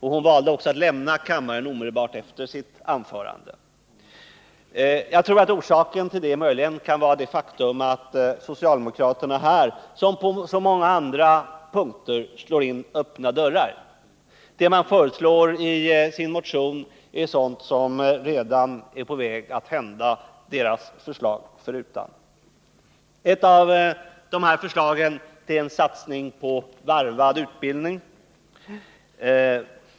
Hon valde också att lämna kammaren omedelbart efter sitt anförande. Jag tror att orsaken till det möjligen kan vara det faktum att socialdemokraterna här som på så många andra punkter slår in öppna dörrar. Det man föreslår i sin motion är sådant som redan är på väg att Å tgärder för att hända, deras förslag förutan. Ett av dessa förslag är en satsning på varvad utbildning.